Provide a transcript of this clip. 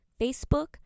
Facebook